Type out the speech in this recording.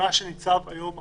מהחוק שנמצא היום לפנינו.